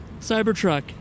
Cybertruck